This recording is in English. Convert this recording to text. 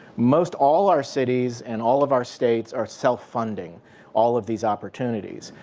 most all our cities and all of our states are self-funding all of these opportunities.